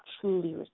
truly